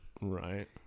Right